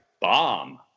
bomb